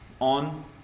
on